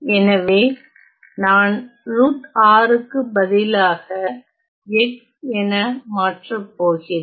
எனவே நான் பதிலாக x என மாற்றப் போகிறேன்